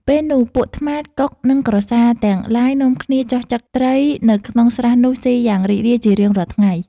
ពេលនោះ ពួកត្មាត កុក និងក្រសារ ទាំងឡាយ នាំគ្នាចុះចឹកត្រីនៅក្នុងស្រះនោះស៊ីយ៉ាងរីករាយជារៀងរាល់ថ្ងៃ។